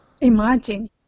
Imagine